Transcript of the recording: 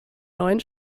neuen